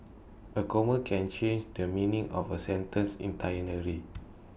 A comma can change the meaning of A sentence